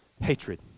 hatred